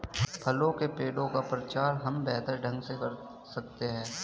फलों के पेड़ का प्रचार हम बेहतर ढंग से कर सकते हैं